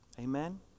Amen